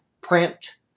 print